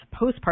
postpartum